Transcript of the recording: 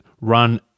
run